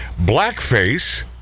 Blackface